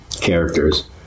characters